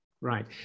Right